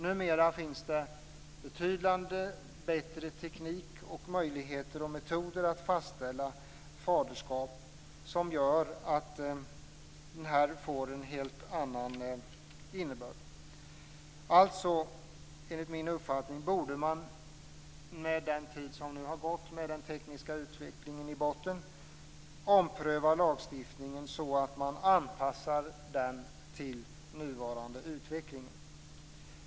Numera finns betydligt bättre teknik och möjligheter att fastställa faderskap, som gör att det här får en helt annan innebörd. Alltså borde man, med tanke på den tid som har gått och den tekniska utvecklingen, ompröva lagstiftningen så att den anpassas till nuvarande utveckling.